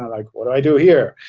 like what do i do here?